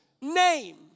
name